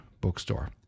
bookstore